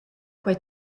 quai